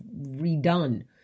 redone